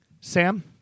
Sam